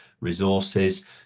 resources